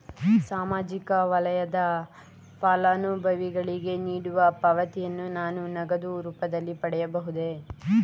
ಸಾಮಾಜಿಕ ವಲಯದ ಫಲಾನುಭವಿಗಳಿಗೆ ನೀಡುವ ಪಾವತಿಯನ್ನು ನಾನು ನಗದು ರೂಪದಲ್ಲಿ ಪಡೆಯಬಹುದೇ?